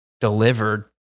delivered